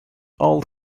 old